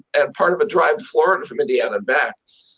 and part of a drive to florida from indiana and back.